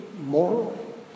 moral